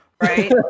right